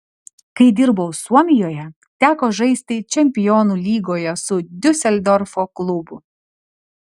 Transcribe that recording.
kai dirbau suomijoje teko žaisti čempionų lygoje su diuseldorfo klubu